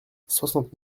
soixante